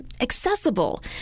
accessible